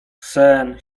sen